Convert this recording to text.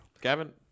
Gavin